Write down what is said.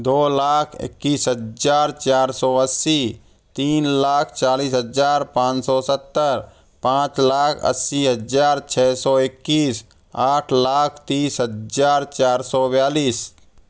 दो लाख इक्कीस हज़ार चार सौ अस्सी तीन लाख चालिस हज़ार पान सौ सत्तर पाँच लाख अस्सी हज़ार छः सौ इक्कीस आठ लाख तीस हज़ार चार सौ बयालिस